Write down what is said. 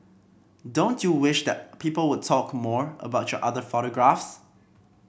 don't you wish that people would talk more about your other photographs